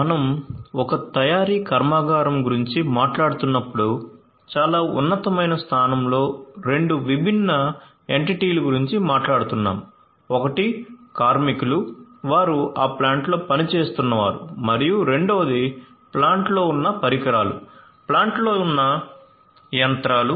మనం ఒక తయారీ కర్మాగారం గురించి మాట్లాడుతున్నప్పుడు చాలా ఉన్నతమైన స్థానం లో 2 విభిన్న ఎంటిటీల గురించి మాట్లాడుతున్నాము ఒకటి కార్మికులు వారు ఆ ప్లాంట్లో పనిచేస్తున్నారు మరియు రెండవది ప్లాంట్లో ఉన్న పరికరాలు ప్లాంట్లో ఉన్న యంత్రాలు